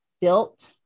built